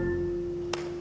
who